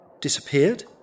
Disappeared